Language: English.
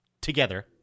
together